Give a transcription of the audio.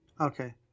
Okay